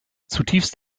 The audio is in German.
zutiefst